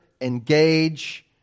engage